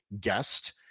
guest